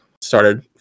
started